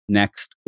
next